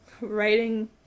writing